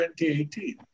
2018